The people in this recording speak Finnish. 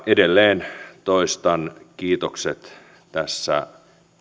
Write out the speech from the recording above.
edelleen toistan kiitokset tässä